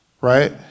right